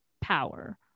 power